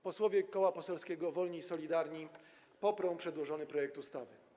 Posłowie Koła Poselskiego Wolni i Solidarni poprą przedłożony projekt ustawy.